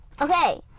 Okay